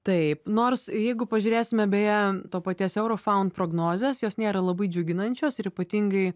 taip nors jeigu pažiūrėsime beje to paties eurofaun prognozės jos nėra labai džiuginančios ir ypatingai